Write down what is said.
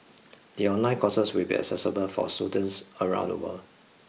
the online courses will be accessible for students around the world